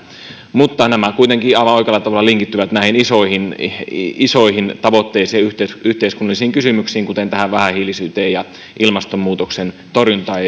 nämä kuitenkin aivan oikealla tavalla linkittyvät isoihin isoihin tavoitteisiin ja yhteiskunnallisiin kysymyksiin kuten vähähiilisyyteen ja ilmastonmuutoksen torjuntaan